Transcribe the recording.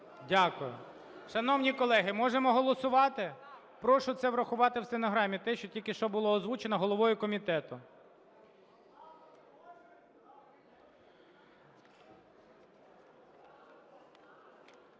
Дякую. Шановні колеги, можемо голосувати? (Шум у залі) Прошу це врахувати в стенограмі – те, що тільки що було озвучено головою комітету.